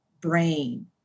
brain